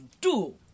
two